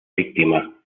víctima